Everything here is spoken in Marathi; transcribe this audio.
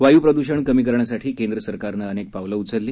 वायू प्रदूषण कमी करण्यासाठी केंद्र सरकारनं अनेक पावलं उचलली